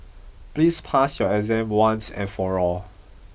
please pass your exam once and for all